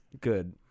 good